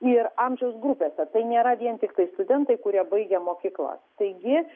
ir amžiaus grupėse tai nėra vien tiktai studentai kurie baigė mokyklas taigi